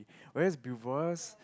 where's be for us